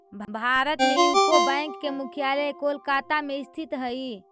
भारत में UCO bank के मुख्यालय कोलकाता में स्थित हइ